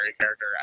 character